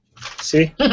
See